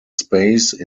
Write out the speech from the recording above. space